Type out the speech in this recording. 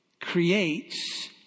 creates